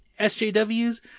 SJWs